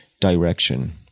direction